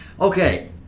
Okay